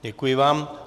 Děkuji vám.